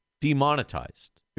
demonetized